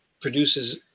produces